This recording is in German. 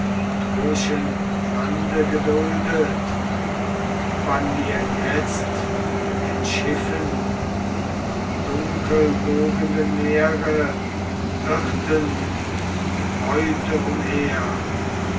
im troischen lande geduldet wann wir jetzt mit den schiffen im dunkelwogenden meere irrten nach beute umher